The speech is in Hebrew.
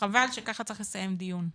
חבל שככה צריך לסיים דיון,